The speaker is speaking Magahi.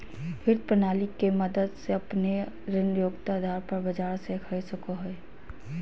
वित्त प्रणाली के मदद से अपने ऋण योग्यता आधार पर बाजार से खरीद सको हइ